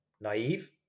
naive